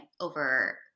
over